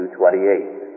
28